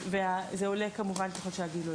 ושיעור ההעסקה עולה ככל שהגיל עולה.